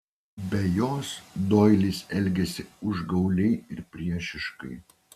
be jos doilis elgėsi užgauliai ir priešiškai